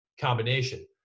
combination